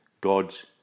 God's